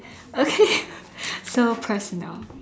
okay so personal